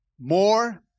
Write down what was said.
more